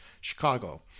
Chicago